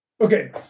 Okay